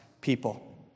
people